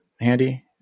handy